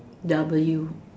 W